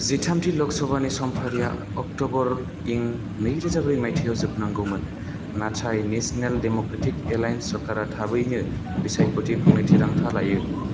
जिथामथि लकसभानि समफारिया अक्ट'बर इं नै रोजा ब्रै माइथायाव जोबनांगौमोन नाथाइ नेसनेल देम'क्रेटिक एलाइएन्स सरकारा थाबैनो बिसायख'थि खुंनो थिरांथा लायो